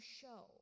show